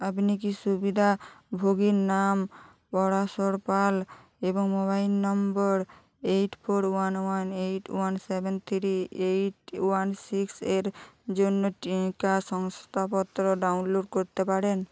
আপনি কি সুবিধাভোগীর নাম পরাশর পাল এবং mobile number eight four one one eight one seven three eight one six এর জন্য টিকা শংসাপত্র ডাউনলোড করতে পারেন